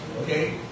Okay